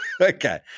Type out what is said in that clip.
Okay